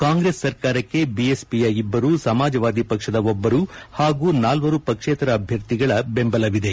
ಕಾಂಗ್ರೆಸ್ ಸರ್ಕಾರಕ್ಕೆ ಬಿಎಸ್ಪಿಯ ಇಬ್ಲರು ಸಮಾಜವಾದಿ ಪಕ್ಷದ ಒಬ್ಲರು ಹಾಗೂ ನಾಲ್ವರು ಪಕ್ಷೇತರಅಭ್ಯರ್ಥಿಗಳ ಬೆಂಬಲವಿದೆ